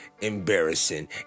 embarrassing